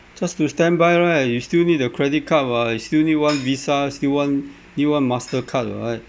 just to standby right you still need a credit card [what] you still need one visa still want need one mastercard right